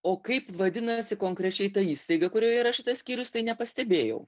o kaip vadinasi konkrečiai ta įstaiga kurioje yra šitas skyrius tai nepastebėjau